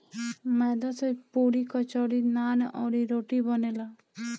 मैदा से पुड़ी, कचौड़ी, नान, अउरी, रोटी बनेला